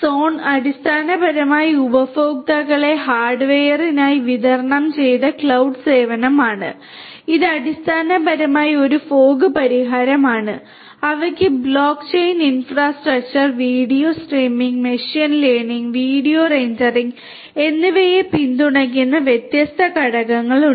സോണം അടിസ്ഥാനപരമായി ഉപഭോക്തൃ ഹാർഡ്വെയറിനായി വിതരണം ചെയ്ത ക്ലൌഡ് സേവനമാണ് ഇത് അടിസ്ഥാനപരമായി ഒരു മൂടൽമഞ്ഞ പരിഹാരമാണ് അവയ്ക്ക് blockchain infrastructure video streaming machine learning video rendering എന്നിവയെ പിന്തുണയ്ക്കുന്ന വ്യത്യസ്ത ഘടകങ്ങളുണ്ട്